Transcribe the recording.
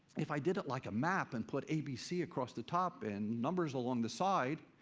if i did it like a map and put abc across the top and numbers along the side,